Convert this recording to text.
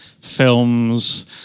films